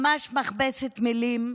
ממש מכבסת מילים,